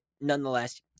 nonetheless